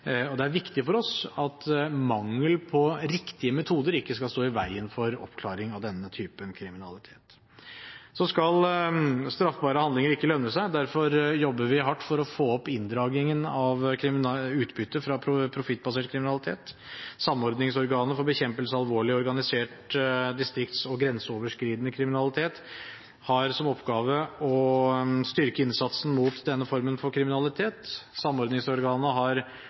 og det er viktig for oss at mangel på riktige metoder ikke skal stå i veien for oppklaring av denne typen kriminalitet. Så skal straffbare handlinger ikke lønne seg. Derfor jobber vi hardt for å få opp inndragningen av utbytte fra profittbasert kriminalitet. Samordningsorganet for bekjempelse av alvorlig, organisert distrikts- og grenseoverskridende kriminalitet har som oppgave å styrke innsatsen mot denne formen for kriminalitet. Samordningsorganet har